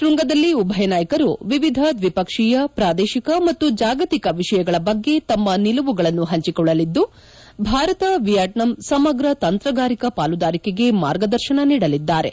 ಶೃಂಗದಲ್ಲಿ ಉಭಯ ನಾಯಕರು ವಿವಿಧ ದ್ವಿಪಕ್ಷೀಯ ಪ್ರಾದೇಶಿಕ ಮತ್ತು ಜಾಗತಿಕ ವಿಷಯಗಳ ಬಗ್ಗೆ ತಮ್ಮ ನಿಲುವುಗಳನ್ನು ಪಂಚಿಕೊಳ್ಳಲಿದ್ದು ಭಾರತ ವಿಯೆಟ್ನಾಂ ಸಮಗ್ರ ತಂತ್ರಗಾರಿಕಾ ಪಾಲುದಾರಿಕೆಗೆ ಮಾರ್ಗದರ್ಶನ ನೀಡಲಿದ್ದಾರೆ